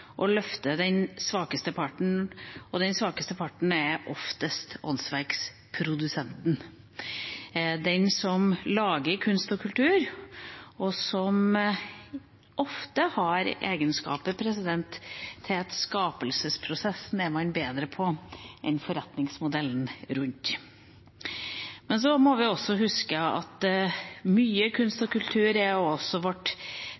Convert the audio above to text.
å løfte den svakeste parten, og den svakeste parten er oftest åndsverkprodusenten – de som lager kunst og kultur, og som ofte har egenskapen at de er bedre på skapelsesprosessen enn på forretningsmodellen rundt. Vi må også huske at mye kunst